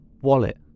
Wallet